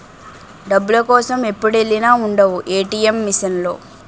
డబ్బుల కోసం ఎప్పుడెల్లినా ఉండవు ఏ.టి.ఎం మిసన్ లో